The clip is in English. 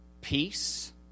peace